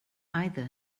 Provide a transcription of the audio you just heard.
either